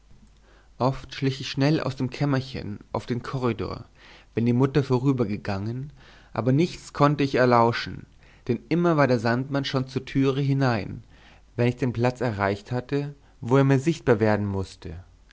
oft schlich ich schnell aus dem kämmerchen auf den korridor wenn die mutter vorübergegangen aber nichts konnte ich erlauschen denn immer war der sandmann schon zur türe hinein wenn ich den platz erreicht hatte wo er mir sichtbar werden mußte